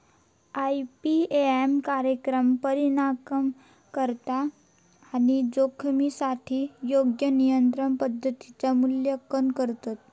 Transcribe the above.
IPM कार्यक्रम परिणामकारकता आणि जोखमीसाठी योग्य नियंत्रण पद्धतींचा मूल्यांकन करतत